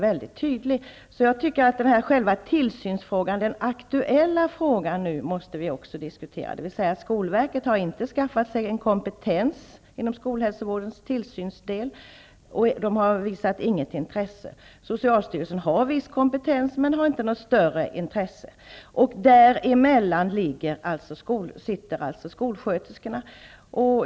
Vi måste också diskutera den aktuella tillsynsfrågan. Skolverket har inte skaffat sig en kompetens inom skolhälsovårdens tillsynsdel, och verket har inte visat något intresse för detta. Socialstyrelsen har viss kompetens men har inte något större intresse. Däremellan sitter skolsköterskorna.